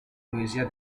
poesia